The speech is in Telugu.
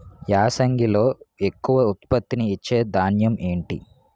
యాసంగిలో ఎక్కువ ఉత్పత్తిని ఇచే ధాన్యం ఏంటి?